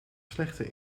slechte